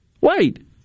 Wait